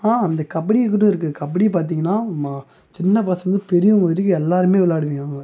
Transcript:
ஆ அந்த கபடி கூட இருக்கு கபடி பார்த்தீங்கன்னா ம சின்ன பசங்கலேருந்து பெரியவங்கள் வரைக்கும் எல்லாருமே விளையாடிருக்காங்கள்